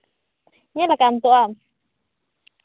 ᱧᱮᱞᱟᱠᱟᱜᱼᱟᱢ ᱛᱚ ᱟᱢ